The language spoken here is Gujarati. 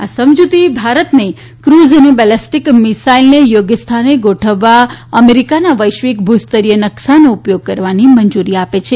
આ સમજૂતી ભારતને કુઝ અને બેલેસ્ટીક મિસાઇનલને યોગ્ય સ્થાને ગોઠવવા અમેરિકાના વૈશ્વિક ભૂસ્તરીય નકશાઓનો ઉપયોગ કરવાની મંજૂરી આપે છે